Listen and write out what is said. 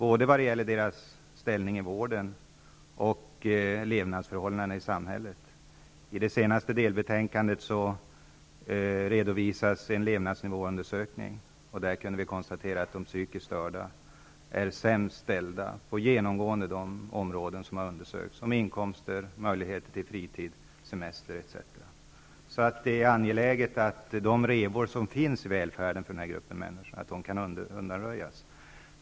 Detta gäller både deras ställning inom vården och deras levnadsförhållanden i samhället. I det senaste delbetänkandet redovisas en levnadsnivåundersökning. Denna undersökning visade att de psykiskt störda är de sämst ställda på de områden som undersöks: inkomster, möjligheter till fritid, semester etc. Det är därför angeläget att de revor som finns i välfärden för dessa människor lagas.